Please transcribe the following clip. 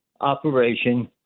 operation